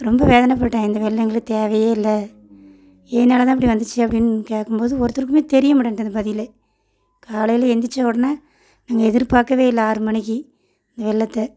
ரொம்ப வேதனைப்பட்டேன் இந்த வெள்ளம் எங்களுக்கு தேவையே இல்லை எதனால் தான் இப்படி வந்துச்சு அப்படின்னு கேட்கும்போது ஒருத்தருக்குமே தெரியமாட்டேன்ட்டு அந்த பதிலே காலையில் எந்திருச்சஉடனே நாங்கள் எதிர்பார்க்கவே இல்லை ஆறு மணிக்கு இந்த வெள்ளத்தை